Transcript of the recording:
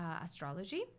astrology